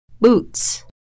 boots